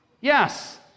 Yes